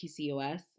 PCOS